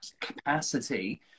capacity